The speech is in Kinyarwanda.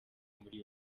muri